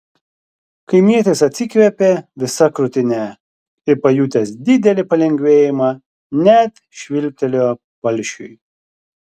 kaimietis atsikvėpė visa krūtine ir pajutęs didelį palengvėjimą net švilptelėjo palšiui